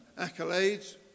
accolades